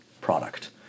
product